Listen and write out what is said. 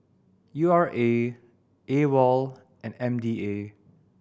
U R A AWOL and M D A